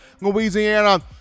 Louisiana